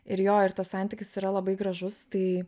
ir jo ir tas santykis yra labai gražus tai